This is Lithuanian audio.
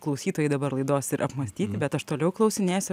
klausytojai dabar laidos ir apmąstyti bet aš toliau klausinėsiu